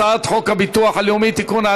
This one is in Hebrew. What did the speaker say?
הצעת חוק הביטוח הלאומי (תיקון,